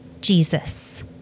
Jesus